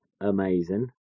amazing